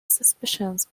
suspicions